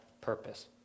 purpose